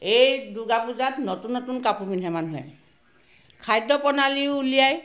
এই দুৰ্গা পূজাত নতুন নতুন কাপোৰ পিন্ধে মানুহে খাদ্যপ্ৰণালীও উলিয়ায়